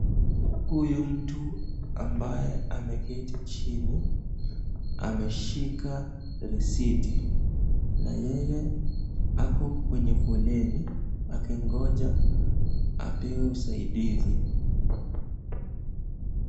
Huyu mtu ambaye ameketi chini ameshika risiti. Na yeye ako kwenye foleni akingoja apewe usaidizi.